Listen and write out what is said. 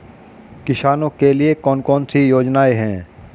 किसानों के लिए कौन कौन सी योजनाएं हैं?